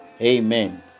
Amen